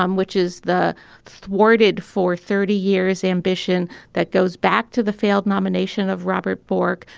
um which is the thwarted for thirty years ambition that goes back to the failed nomination of robert bork,